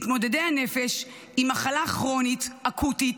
מתמודדי הנפש, היא מחלה כרונית, אקוטית,